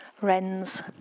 wrens